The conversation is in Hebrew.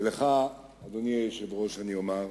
ולך, אדוני היושב-ראש, אומר: